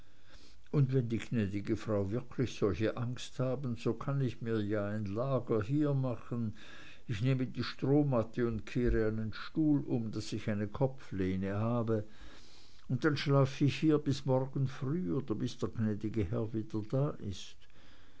und wenn die gnäd'ge frau wirklich solche angst haben so kann ich mir ja ein lager hier machen ich nehme die strohmatte und kehre einen stuhl um daß ich eine kopflehne habe und dann schlafe ich hier bis morgen früh oder bis der gnäd'ge herr wieder da ist